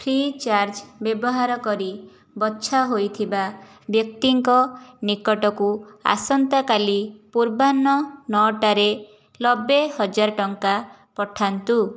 free charge ବ୍ୟବହାର କରି ବଛା ହୋଇଥିବା ବ୍ୟକ୍ତିଙ୍କ ନିକଟକୁ ଆସନ୍ତାକାଲି ପୂର୍ବାହ୍ନ ନଅଟାରେ ନବେ ହଜାର ଟଙ୍କା ପଠାନ୍ତୁ